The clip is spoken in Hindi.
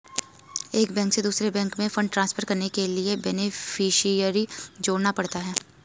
एक बैंक से दूसरे बैंक में फण्ड ट्रांसफर करने के लिए बेनेफिसियरी जोड़ना पड़ता है